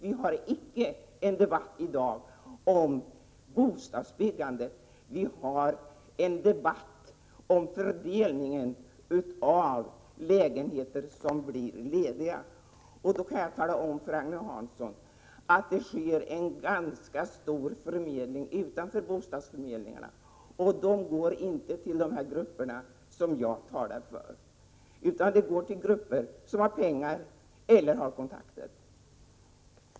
Vi har icke i dag en debatt om bostadsbyggande, vi har en debatt om fördelningen av lägenheter som blir lediga. Jag kan tala om för Agne Hansson att det sker en ganska stor förmedling utanför bostadsförmedlingarna. De bostäderna går inte till de grupper som jag talar för, de går till grupper som har pengar eller kontakter.